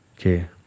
Okay